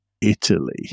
Italy